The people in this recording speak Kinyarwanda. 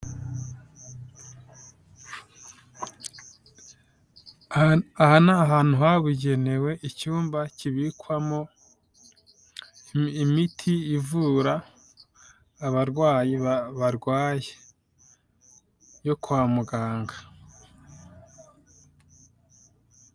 Aha ni ahantu habugenewe, icyumba kibikwamo imiti ivura abarwayi barwaye, yo kwa muganga.